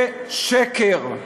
זה שקר.